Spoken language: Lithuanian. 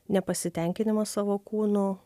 nepasitenkinimas savo kūno